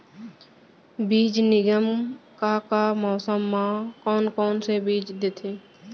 बीज निगम का का मौसम मा, कौन कौन से बीज देथे?